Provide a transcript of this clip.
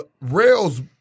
Rails